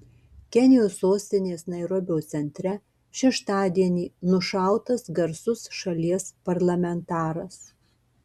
kenijos sostinės nairobio centre šeštadienį nušautas garsus šalies parlamentaras